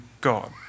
God